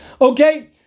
Okay